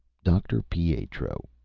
dr. pietro,